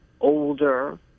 older